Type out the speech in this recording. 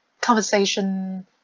conversation